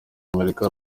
amerika